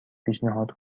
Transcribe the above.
پیشنهاد